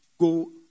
go